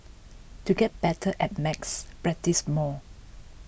to get better at maths practise more